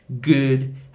good